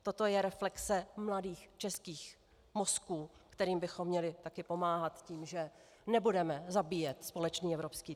Toto je reflexe mladých českých mozků, kterým bychom měli taky pomáhat tím, že nebudeme zabíjet společný evropský trh.